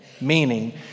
meaning